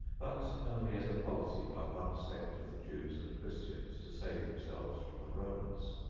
but only as a policy by one sect of the jews and christians to save themselves from the romans.